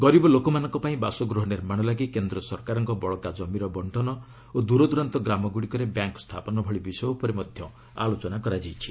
ଗରିବ ଲୋକମାନଙ୍କ ପାଇଁ ବାସଗୃହ ନିର୍ମାଣ ଲାଗି କେନ୍ଦ୍ର ସରକାରଙ୍କ ବଳକା ଜମିର ବଣ୍ଟନ ଓ ଦୂରଦରାନ୍ତ ଗ୍ରାମଗୁଡ଼ିକରେ ବ୍ୟାଙ୍କ୍ ସ୍ଥାପନ ଭଳି ବିଷୟ ଉପରେ ମଧ୍ୟ ଆଲୋଚନା ହୋଇଛି